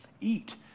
Eat